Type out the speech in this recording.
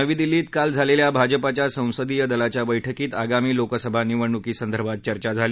नवी दिल्लीत काल झालेल्या भाजपाच्या संसदीय दलाच्या बैठकीत आगामी लोकसभा निवडणुकीसंदर्भात चर्चा झाली